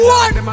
one